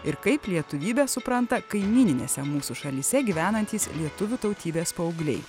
ir kaip lietuvybę supranta kaimyninėse mūsų šalyse gyvenantys lietuvių tautybės paaugliai